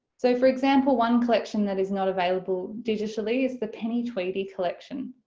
so for example one collection that is not available digitally is the penny tweedie collection,